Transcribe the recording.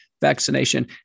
vaccination